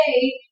hey